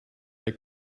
they